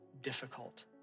difficult